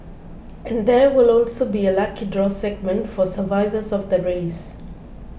and there will also be a lucky draw segment for survivors of the race